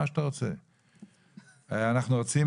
אנחנו רוצים,